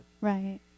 right